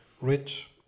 Rich